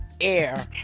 air